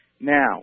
Now